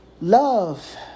Love